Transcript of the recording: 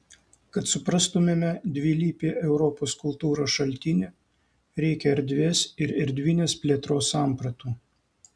kad suprastumėme dvilypį europos kultūros šaltinį reikia erdvės ir erdvinės plėtros sampratų